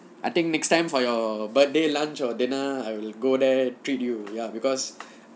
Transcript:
I think next time for your birthday lunch or dinner I will go there treat you ya because